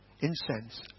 incense